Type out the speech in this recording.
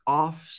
off